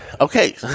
Okay